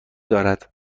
دارد